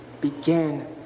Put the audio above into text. begin